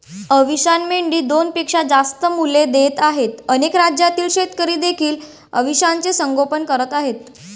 अविशान मेंढी दोनपेक्षा जास्त मुले देत आहे अनेक राज्यातील शेतकरी देखील अविशानचे संगोपन करत आहेत